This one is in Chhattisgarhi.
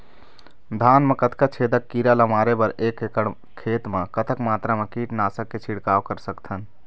धान मा कतना छेदक कीरा ला मारे बर एक एकड़ खेत मा कतक मात्रा मा कीट नासक के छिड़काव कर सकथन?